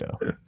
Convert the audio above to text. go